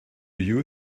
you